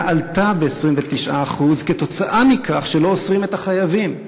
עלתה ב-29% עקב כך שלא אוסרים את החייבים.